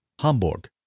Hamburg